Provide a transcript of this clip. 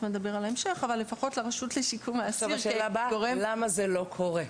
השאלה למה זה לא קורה.